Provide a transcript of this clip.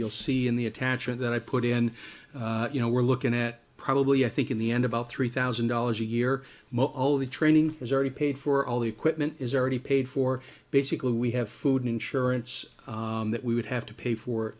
you'll see in the attachment that i put in you know we're looking at probably i think in the end about three thousand dollars a year most of the training is already paid for all the equipment is already paid for basically we have food insurance that we would have to pay for